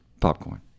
popcorn